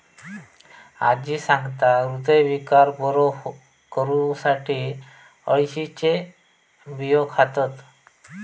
आजी सांगता, हृदयविकार बरो करुसाठी अळशीचे बियो खातत